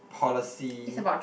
policy